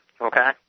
okay